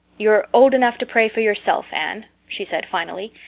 you're old enough to pray for yourself, anne, she said finally.